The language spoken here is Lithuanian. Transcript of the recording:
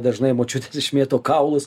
dažnai močiutės išmėto kaulus